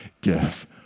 give